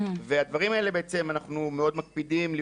אנחנו מאוד מקפידים על הדברים האלה,